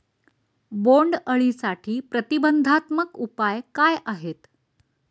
बोंडअळीसाठी प्रतिबंधात्मक उपाय काय आहेत?